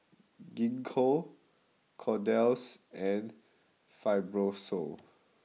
Gingko Kordel's and Fibrosol